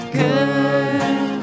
Good